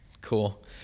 Cool